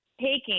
taking